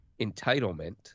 entitlement